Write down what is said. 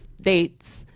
dates